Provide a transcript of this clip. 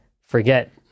forget